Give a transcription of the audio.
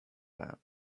that